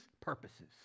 purposes